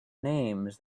names